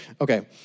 Okay